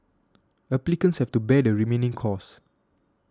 applicants have to bear the remaining costs